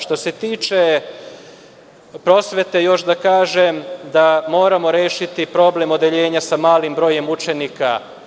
Što se tiče prosvete, još da kažem da moramo rešiti problem odeljenja sa malim brojem učenika.